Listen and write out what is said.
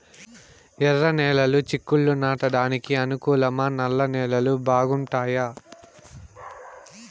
ఎర్రనేలలు చిక్కుళ్లు నాటడానికి అనుకూలమా నల్ల నేలలు బాగుంటాయా